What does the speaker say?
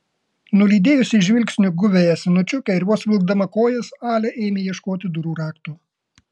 nulydėjusi žvilgsniu guviąją senučiukę ir vos vilkdama kojas alia ėmė ieškoti durų rakto